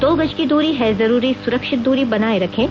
दो गज की दूरी है जरूरी सुरक्षित दूरी बनाए रखें